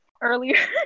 earlier